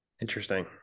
Interesting